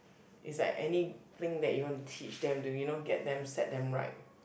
is like anything that you want to teach them to you know get them set them right